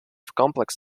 complex